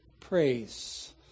praise